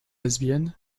lesbienne